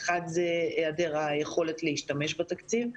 הראשון הוא היעדר היכולת להשתמש בתקציב,